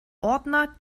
ordner